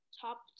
top